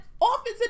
office